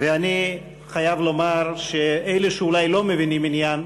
ואני חייב לומר שאלה שאולי לא מבינים עניין,